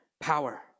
power